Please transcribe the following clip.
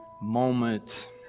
moment